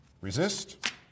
Resist